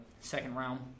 second-round